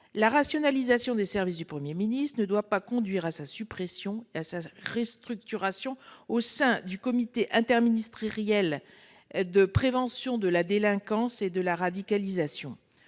La rationalisation des services de celui-ci ne doit pas conduire à la suppression ou à la restructuration de cette mission au sein du Comité interministériel de prévention de la délinquance et de la radicalisation.